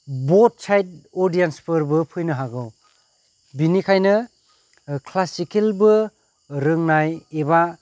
बद सायेद अदियेनसफोरबो फैनो हागौ बिनि खायनो क्लासिकेलबो रोंनाय एबा